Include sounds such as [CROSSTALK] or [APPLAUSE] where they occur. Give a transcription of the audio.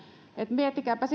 miettikääpä [UNINTELLIGIBLE]